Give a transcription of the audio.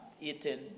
eaten